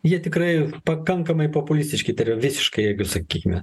jie tikrai pakankamai populistiški tai yra visiškai jeigu sakykime